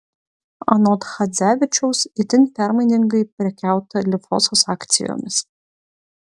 anot chadzevičiaus itin permainingai prekiauta lifosos akcijomis